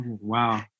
Wow